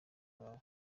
wawe